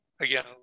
Again